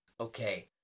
Okay